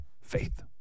Faith